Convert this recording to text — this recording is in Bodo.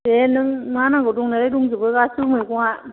दे नों मा नांगौ दंनालाय दंजोबो गासैबो मैगङा